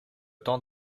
temps